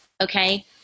Okay